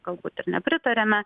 galbūt ir nepritariame